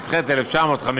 'התשי"ח 1958'